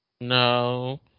No